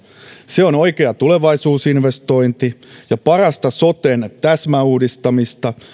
se on oikea tulevaisuusinvestointi ja parasta soten täsmäuudistamista